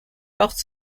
porte